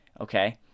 okay